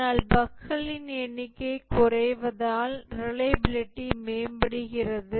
ஆனால் பஃக்களின் எண்ணிக்கை குறைவதால் ரிலையபிலிடி மேம்படுகிறது